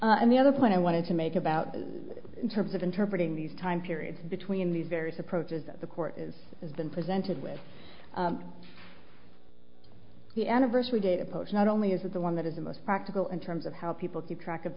best and the other point i wanted to make about that in terms of interpreting these time periods between these various approaches of the court is has been presented with the anniversary date approach not only is it the one that is the most practical in terms of how people keep track of